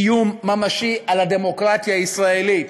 איום ממשי, על הדמוקרטיה הישראלית.